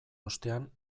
ostean